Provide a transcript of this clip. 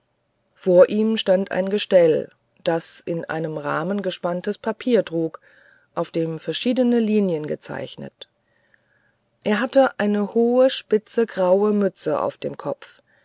vor ihm stand ein gestell das ein in einem rahmen gespanntes papier trug auf dem verschiedene linien gezeichnet er hatte eine hohe spitze graue mütze auf dem kopfe